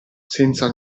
senza